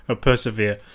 persevere